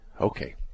Okay